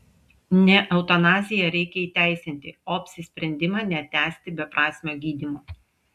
ne eutanaziją reikia įteisinti o apsisprendimą netęsti beprasmio gydymo